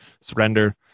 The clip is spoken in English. surrender